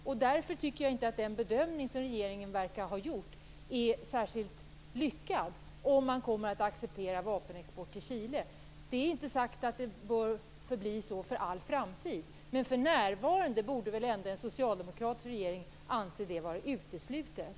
Jag tycker därför inte att den bedömning som regeringen verkar ha gjort är särskilt lyckad om man kommer att acceptera vapenexport till Chile. Det är inte sagt att det bör förbli så för all framtid. För närvarande borde väl ändå en socialdemokratisk regering anse det vara uteslutet.